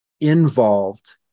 involved